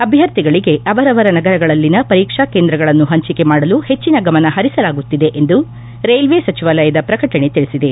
ಅಭ್ಯರ್ಥಿಗಳಿಗೆ ಅವರವರ ನಗರಗಳಲ್ಲಿನ ಪರೀಕ್ಷಾ ಕೇಂದ್ರಗಳನ್ನು ಹಂಚಿಕೆ ಮಾಡಲು ಹೆಚ್ಚಿನ ಗಮನ ಹರಿಸಲಾಗುತ್ತಿದೆ ಎಂದು ರೈಲ್ವೆ ಸಚಿವಾಲಯದ ಪ್ರಕಟಣೆ ತಿಳಿಸಿದೆ